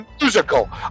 musical